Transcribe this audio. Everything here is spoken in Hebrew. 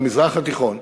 במזרח התיכון,